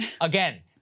Again